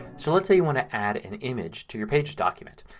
so let's say you want to add an image to your page's document.